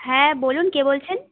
হ্যাঁ বলুন কে বলছেন